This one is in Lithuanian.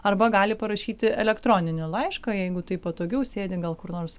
arba gali parašyti elektroninį laišką jeigu taip patogiau sėdi gal kur nors